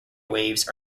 waves